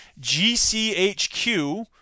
GCHQ